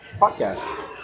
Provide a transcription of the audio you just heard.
podcast